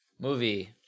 Movie